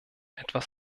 etwas